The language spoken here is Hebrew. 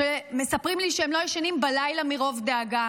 שמספרים לי שהם לא ישנים בלילה מרוב דאגה